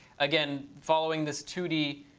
again following this two d